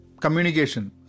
communication